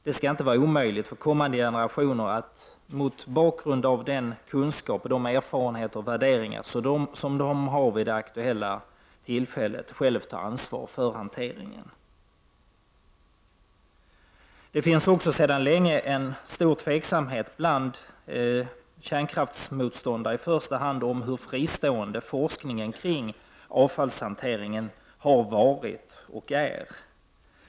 Det skall inte vara omöjligt för kommande generationer att själva ta ansvar för hanteringen mot bakgrund av den kunskap, de erfarenheter och värderingar som de har vid det aktuella tillfället. Det finns också sedan länge stor tveksamhet bland i första hand kärnkraftsmotståndare, om hur fristående forskningen kring avfallshanteringen har varit och är.